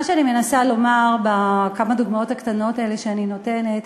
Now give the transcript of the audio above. מה שאני מנסה לומר בכמה הדוגמאות הקטנות האלה שאני נותנת,